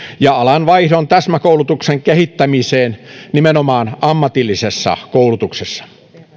ja alanvaihdon täsmäkoulutuksen kehittämiseen nimenomaan ammatillisessa koulutuksessa